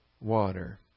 water